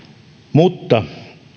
mutta